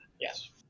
Yes